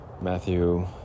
Matthew